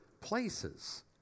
places